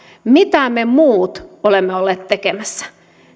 mitä me muut olemme olleet tekemässä